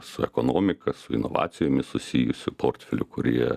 su ekonomika su inovacijomis susijusių portfelių kurie